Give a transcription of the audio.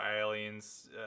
aliens